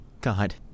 God